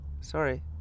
sorry